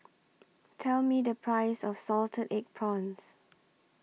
Tell Me The Price of Salted Egg Prawns